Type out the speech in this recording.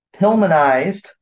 Pilmanized